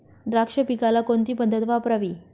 द्राक्ष पिकाला कोणती पद्धत वापरावी?